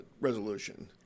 resolution